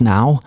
Now